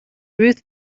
ruth